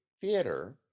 theater